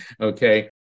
Okay